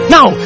Now